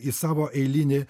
į savo eilinį